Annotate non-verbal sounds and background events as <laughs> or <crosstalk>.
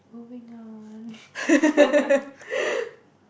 moving on <laughs>